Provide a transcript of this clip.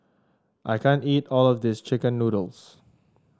I can't eat all of this chicken noodles